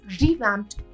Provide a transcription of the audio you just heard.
revamped